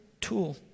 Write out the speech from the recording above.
tool